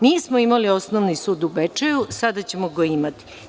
Nismo imali osnovni sud u Bečeju, a sada ćemo ga imati.